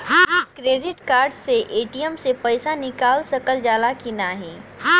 Credit card से ATM से पइसा निकाल सकल जाला की नाहीं?